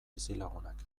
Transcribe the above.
bizilagunak